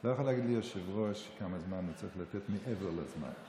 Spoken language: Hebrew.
לא יכול להגיד ליושב-ראש כמה זמן הוא צריך לתת מעבר לזמן.